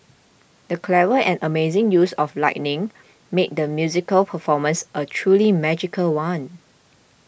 the clever and amazing use of lighting made the musical performance a truly magical one